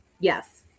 Yes